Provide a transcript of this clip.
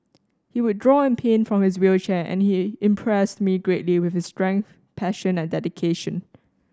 he would draw and paint from his wheelchair and he impressed me greatly with his strength passion and dedication